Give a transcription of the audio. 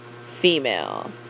female